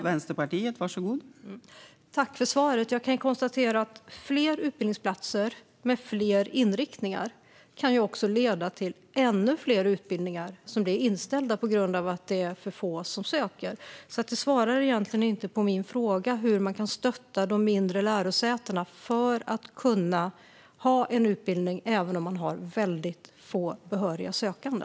Fru talman! Tack för svaret! Jag kan konstatera att fler utbildningsplatser med fler inriktningar också kan leda till ännu fler inställda utbildningar på grund av att det är för få som söker. Det svarar alltså egentligen inte på min fråga hur man kan stötta de mindre lärosätena för att de ska kunna ha en utbildning även med väldigt få behöriga sökande.